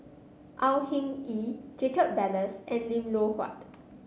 Au Hing Yee Jacob Ballas and Lim Loh Huat